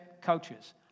coaches